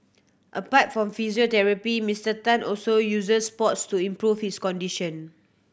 apart from physiotherapy Misterr Tan also uses sports to improve his condition